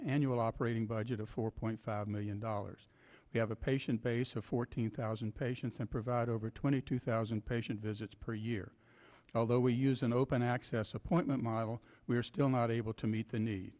annual operating budget of four point five million dollars we have a patient base of fourteen thousand patients and provide over twenty two thousand patient visits per year although we use an open access appointment model we are still not able to meet the need